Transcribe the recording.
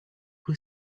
who